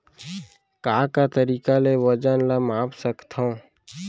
का का तरीक़ा ले वजन ला माप सकथो?